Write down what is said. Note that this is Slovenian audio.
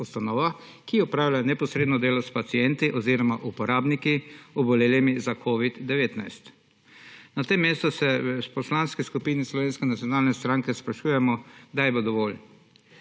ki opravljajo neposredno delo s pacienti oziroma uporabniki, obolelimi za covid-19. Na tem mestu se v Poslanski skupini Slovenske nacionalne stranke sprašujemo, kdaj bo dovolj.